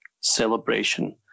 Celebration